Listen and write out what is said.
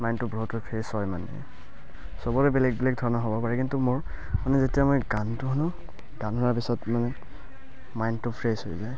মাইণ্ডটো বহুত ফ্ৰেছ হয় মানে সবৰে বেলেগ বেলেগ ধৰণৰ হ'ব পাৰে কিন্তু মোৰ মানে যেতিয়া মই গানটো শুনো গান শুনাৰ পিছত মানে মাইণ্ডটো ফ্ৰেছ হৈ যায়